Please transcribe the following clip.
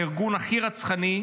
הארגון הכי רצחני.